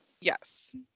Yes